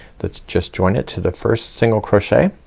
let's just join it to the first single crochet